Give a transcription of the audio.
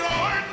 Lord